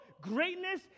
greatness